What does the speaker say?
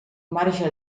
marge